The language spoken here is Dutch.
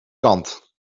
kant